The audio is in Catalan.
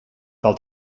cal